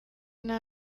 nta